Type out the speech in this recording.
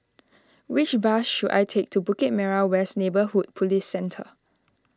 which bus should I take to Bukit Merah West Neighbourhood Police Centre